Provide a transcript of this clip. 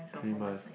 three months